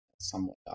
somewhat